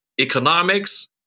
economics